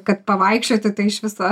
kad pavaikščioti iš viso